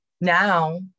Now